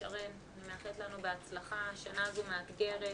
שרן, אני מאחלת לנו בהצלחה, השנה הזו מאתגרת.